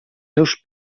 seus